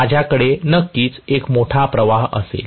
माझ्याकडे नक्कीच एक मोठा प्रवाह असेल